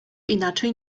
inaczej